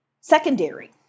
secondary